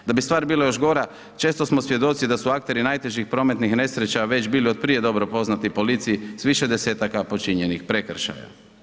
Da bi stvar bila još gora, često smo svjedoci da su akteri najteži prometnih nesreća već bili od prije dobro poznati policiji s više desetaka počinjenih prekršaja.